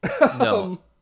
No